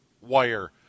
wire